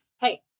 hey